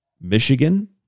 Michigan